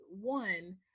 One